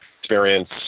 experience